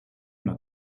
una